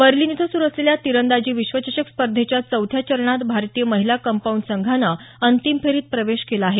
Berlin इथं सुरु असलेल्या तीरंदाजी विश्वचषक स्पर्धेच्या चौथ्या चरणात भारतीय महिला कंपाउंड संघानं अंतिम फेरीत प्रवेश केला आहे